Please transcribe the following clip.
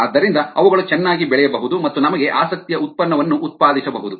ಆದ್ದರಿಂದ ಅವುಗಳು ಚೆನ್ನಾಗಿ ಬೆಳೆಯಬಹುದು ಮತ್ತು ನಮಗೆ ಆಸಕ್ತಿಯ ಉತ್ಪನ್ನವನ್ನು ಉತ್ಪಾದಿಸಬಹುದು